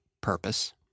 purpose